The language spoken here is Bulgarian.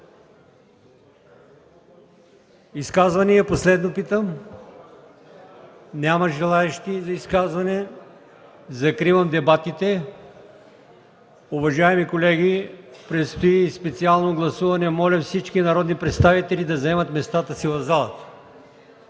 Изказвания – последно питам? Няма желаещи. Закривам дебатите. Уважаеми колеги, предстои специално гласуване, моля всички народни представители да заемат местата си в залата.